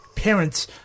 Parents